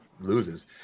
loses